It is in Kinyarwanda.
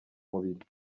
umubiri